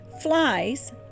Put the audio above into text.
flies